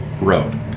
road